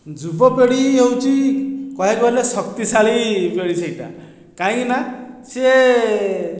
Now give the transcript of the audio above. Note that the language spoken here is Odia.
ଯୁବ ପିଢ଼ି ହେଉଛି କହିବାକୁ ଗଲେ ଶକ୍ତିଶାଳୀ ପିଢ଼ି ସେ'ଟା କାହିଁକି ନା ସିଏ